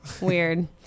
Weird